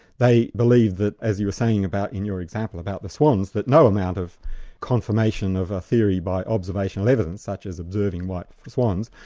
they believed that, as you were saying about in your example about the swans, that no amount of confirmation of a theory by observational evidence such as observing white swans,